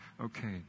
Okay